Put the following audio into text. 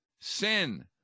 Sin